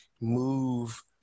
move